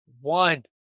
one